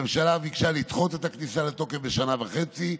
הממשלה ביקשה לדחות את הכניסה לתוקף בשנה וחצי,